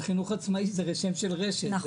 החינוך העצמאי זה שם של רשת.